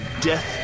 death